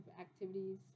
activities